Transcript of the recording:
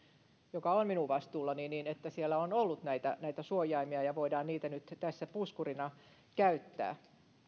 joka on minun vastuullani on ollut näitä näitä suojaimia ja voidaan niitä nyt tässä puskurina käyttää